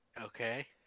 Okay